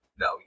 No